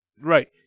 Right